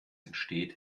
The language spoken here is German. entsteht